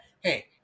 hey